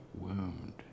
wound